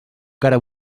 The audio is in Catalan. cara